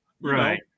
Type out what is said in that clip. Right